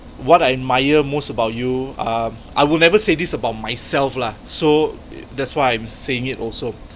what I admire most about you uh I will never say this about myself lah so that's why I'm saying it also